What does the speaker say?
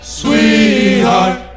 sweetheart